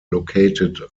located